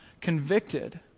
convicted